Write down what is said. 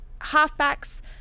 Halfbacks